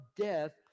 death